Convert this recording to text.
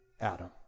Adam